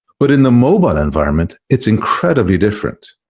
but in the mobile environment, it's incredibly different.